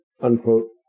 unquote